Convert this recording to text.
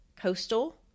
Coastal